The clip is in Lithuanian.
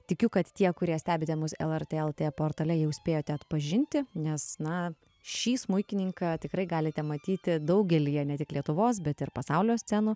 tikiu kad tie kurie stebite mus lrt lt portale jau spėjote atpažinti nes na šį smuikininką tikrai galite matyti daugelyje ne tik lietuvos bet ir pasaulio scenų